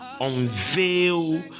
unveil